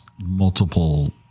multiple